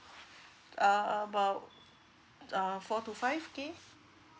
uh about uh four to five K